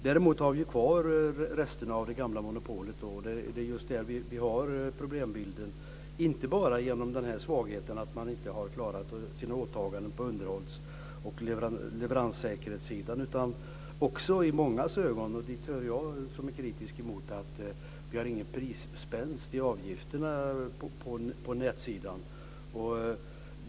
Däremot har vi kvar resterna av det gamla monopolet, och det är just där som vi har problembilden, inte bara genom svagheten att man inte har klarat sina åtaganden när det gäller underhåll och leveranssäkerhet, utan många är liksom jag själv kritisk mot att vi inte har någon prisspänst i avgifterna på nätsidan.